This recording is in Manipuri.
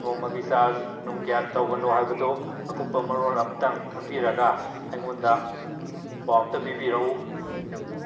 ꯅꯣꯡꯃꯒꯤ ꯆꯥꯖ ꯅꯨꯡ ꯀꯌꯥ ꯇꯧꯕꯅꯣ ꯍꯥꯏꯕꯗꯨ ꯑꯀꯨꯞꯄ ꯃꯔꯣꯜ ꯑꯝꯇꯪ ꯈꯪꯕꯤꯔꯒ ꯑꯩꯉꯣꯟꯗ ꯄꯥꯎ ꯑꯝꯇ ꯄꯤꯕꯤꯔꯛꯎ